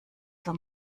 zur